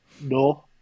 No